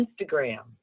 Instagram